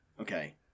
Okay